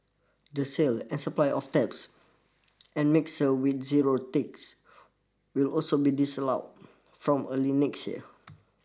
the sale and supply of taps and mixer with zero ticks will also be disallowed from early next year